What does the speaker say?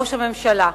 לראש הממשלה.